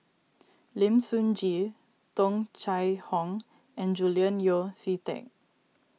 Lim Sun Gee Tung Chye Hong and Julian Yeo See Teck